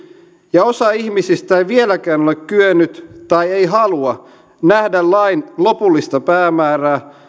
ja osa ihmisistä ei vieläkään ole ole kyennyt tai ei halua nähdä lain lopullista päämäärää